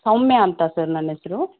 ಸೌಮ್ಯ ಅಂತ ಸರ್ ನನ್ನ ಹೆಸರು